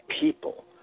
people